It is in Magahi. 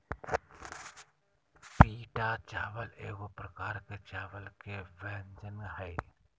पीटा चावल एगो प्रकार के चावल के व्यंजन हइ